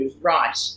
right